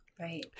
Right